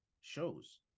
shows